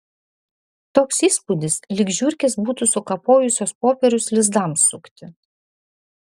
toks įspūdis lyg žiurkės būtų sukapojusios popierius lizdams sukti